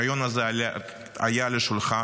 הרעיון הזה היה על השולחן,